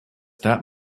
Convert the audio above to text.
that